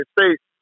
States